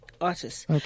artists